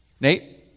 Nate